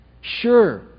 Sure